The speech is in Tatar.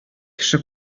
кеше